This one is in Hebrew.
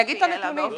אני אגיד את הנתונים.